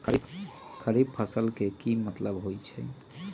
खरीफ फसल के की मतलब होइ छइ?